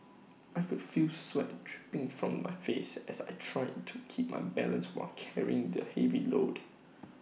I could feel sweat dripping from my face as I tried to keep my balance while carrying the heavy load